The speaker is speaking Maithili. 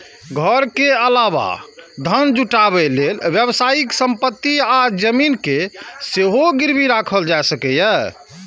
घर के अलावा धन जुटाबै लेल व्यावसायिक संपत्ति आ जमीन कें सेहो गिरबी राखल जा सकैए